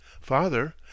Father